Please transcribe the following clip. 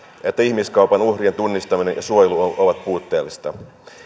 että ihmiskaupan uhrien tunnistaminen ja suojelu on puutteellista